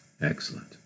Excellent